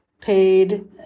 paid